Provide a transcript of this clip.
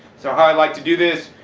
so how i like to do this,